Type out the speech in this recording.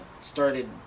started